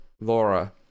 Laura